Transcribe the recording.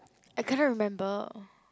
I can't remember